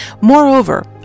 Moreover